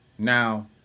now